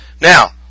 Now